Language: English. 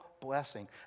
blessing